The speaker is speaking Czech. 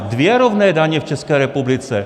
Dvě rovné daně v České republice.